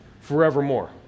forevermore